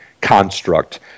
construct